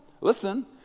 listen